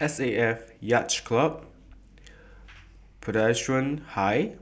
S A F Yacht Club Presbyterian High